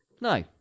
No